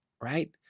right